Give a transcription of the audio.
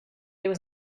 there